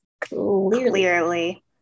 Clearly